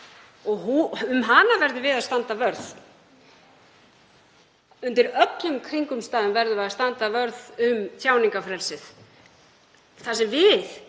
og um hana verðum við að standa vörð. Undir öllum kringumstæðum verðum við að standa vörð um tjáningarfrelsið. Það sem við